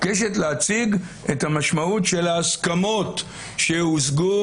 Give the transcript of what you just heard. היא מבקשת להציג את המשמעות של ההסכמות שהושגו